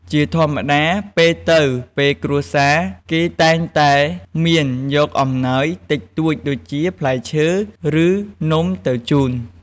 ជាធម្មតា ពេលទៅពេលគ្រួសារ គេតែងតែមានយកអំណោយតិចតួចដូចជា ផ្លែឈើ ឬនំទៅជួន។